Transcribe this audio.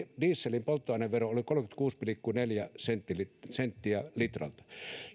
dieselin polttoainevero oli kolmekymmentäkuusi pilkku neljä senttiä senttiä litralta